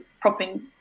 propping